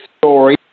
story